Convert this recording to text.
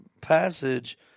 passage